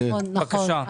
נכון, נכון.